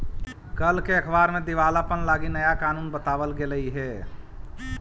कल के अखबार में दिवालापन लागी नया कानून बताबल गेलई हे